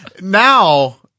now